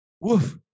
Woof